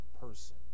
person